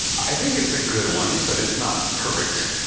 i think it's a good one, but it's not perfect.